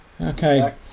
Okay